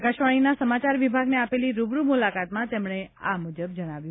આકાશવાણીના સમાચાર વિભાગને આપેલી રૂબરૂ મુલાકાતમાં તેમણે આ મુજબ જણાવ્યું